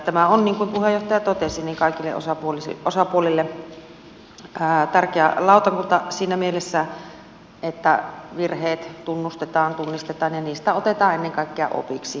tämä on niin kuin puheenjohtaja totesi kaikille osapuolille tärkeä lautakunta siinä mielessä että virheet tunnustetaan tunnistetaan ja niistä otetaan ennen kaikkea opiksi